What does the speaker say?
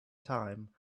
time